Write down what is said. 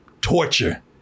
Torture